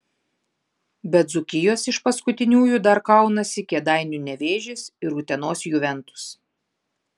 be dzūkijos iš paskutiniųjų dar kaunasi kėdainių nevėžis ir utenos juventus